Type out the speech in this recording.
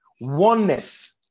oneness